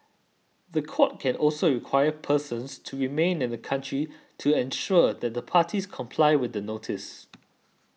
the court can also require persons to remain in the country to ensure that the parties comply with the notice